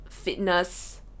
Fitness